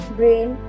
brain